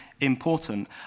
important